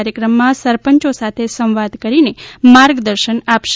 કાર્યક્રમમાં સરપંચો સાથે સંવાદ કરીને માર્ગદર્શન આપશે